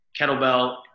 kettlebell